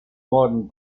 modern